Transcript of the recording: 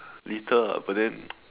little ah but then